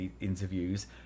interviews